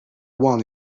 one